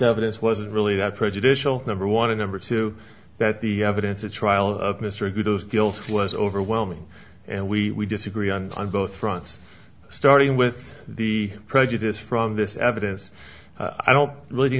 evidence wasn't really that prejudicial number one and number two that the evidence the trial of mr good those guilty was overwhelming and we disagree on on both fronts starting with the prejudice from this evidence i don't